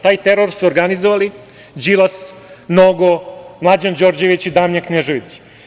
Taj teror su organizovali Đilas, Nogo, Mlađan Đorđević i Damljan Knežević.